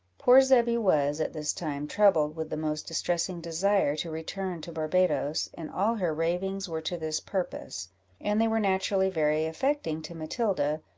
poor zebby was, at this time, troubled with the most distressing desire to return to barbadoes, and all her ravings were to this purpose and they were naturally very affecting to matilda,